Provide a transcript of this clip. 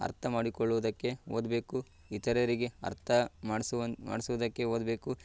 ಅರ್ಥ ಮಾಡಿಕೊಳ್ಳುವುದಕ್ಕೆ ಓದಬೇಕು ಇತರರಿಗೆ ಅರ್ಥ ಮಾಡ್ಸುವ ಮಾಡ್ಸೋದಕ್ಕೆ ಒದಬೇಕು